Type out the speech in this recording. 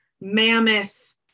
mammoth